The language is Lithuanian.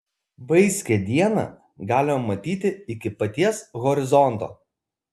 vaiskią dieną galima matyti iki paties horizonto